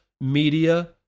media